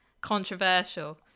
controversial